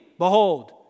behold